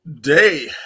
day